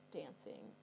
dancing